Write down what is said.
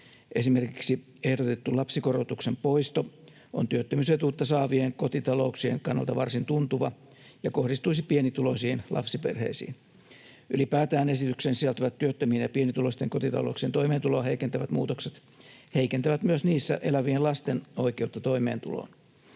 Esimerkiksi ehdotettu lapsikorotuksen poisto on työttömyysetuutta saavien kotitalouksien kannalta varsin tuntuva ja kohdistuisi pienituloisiin lapsiperheisiin. Ylipäätään esitykseen sisältyvät työttömien ja pienituloisten kotitalouksien toimeentuloa heikentävät muutokset heikentävät myös niissä elävien lasten oikeutta toimeentuloon.